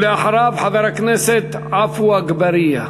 ואחריו, חבר הכנסת עפו אגבאריה.